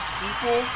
people